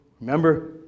Remember